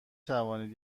توانید